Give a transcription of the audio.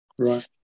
right